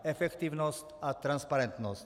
Efektivnost a transparentnost...